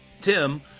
Tim